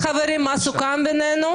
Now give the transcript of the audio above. חברים, אני יכולה להגיד מה סוכם בינינו?